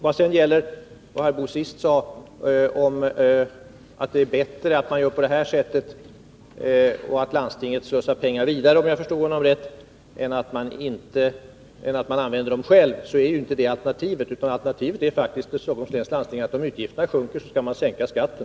Om jag förstod Karl Boo rätt menade han att det är bättre att landstinget på detta sätt slussar pengar vidare än att man använder dem själv. Det är inte det enda alternativet. Alternativet för Stockholms läns landsting är faktiskt att sänka skatten om utgifterna sjunker.